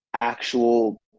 actual